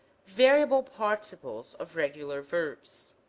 variable participles of regular verbs